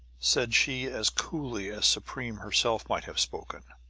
said she as cooly as supreme herself might have spoken,